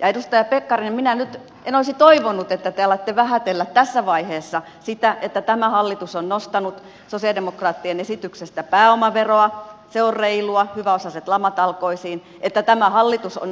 edustaja pekkarinen minä nyt en olisi toivonut että te alatte vähätellä tässä vaiheessa sitä että tämä hallitus on nostanut sosialidemokraattien esityksestä pääomaveroa se on reilua hyväosaiset lamatalkoisiin ja että tämä hallitus on